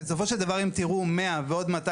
כי בסופו של דבר אם תראו 100 ועוד 200